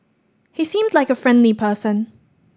he seemed like a friendly person